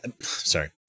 sorry